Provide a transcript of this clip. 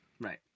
Right